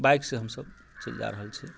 बाइकसँ हमसब से जा रहल छी